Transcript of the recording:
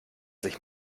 sich